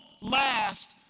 last